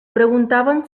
preguntaven